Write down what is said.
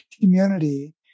community